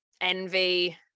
envy